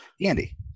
Andy